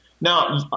Now